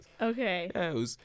Okay